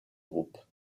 groupe